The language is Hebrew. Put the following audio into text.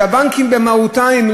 כשהבנקים במהותם,